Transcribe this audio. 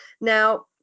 Now